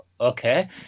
okay